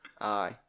aye